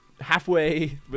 halfway